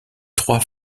trois